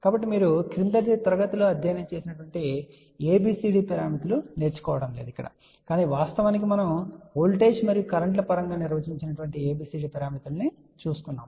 కాబట్టి మీరు క్రిందటి తరగతిలో అధ్యయనం చేసిన ABCD నేర్చుకోబోవడం లేదు కాని వాస్తవానికి మనము ఓల్టేజ్ మరియు కరెంట్ ల పరంగా నిర్వచించబడిన ABCD పారామితులను చూడబోతున్నాం